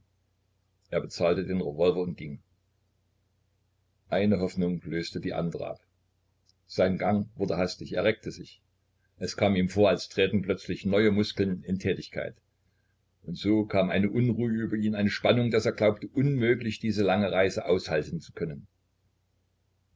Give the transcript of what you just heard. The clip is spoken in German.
er bezahlte den revolver und ging eine hoffnung löste die andre ab sein gang wurde hastig er reckte sich es kam ihm vor als träten plötzlich neue muskeln in tätigkeit und so kam eine unruhe über ihn eine spannung daß er glaubte unmöglich diese lange reise aushalten zu können